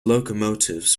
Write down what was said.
locomotives